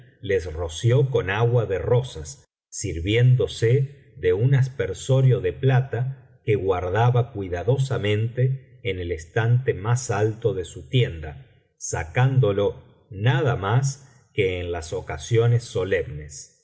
les roció con agua de rosas sirviéndose de un aspersorio de plata que guardaba cuidadosamente en el estante más alto de su tienda sacándolo nada más que en las ocasiones solemnes